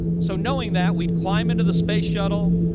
so knowing that, we'd climb into the space shuttle,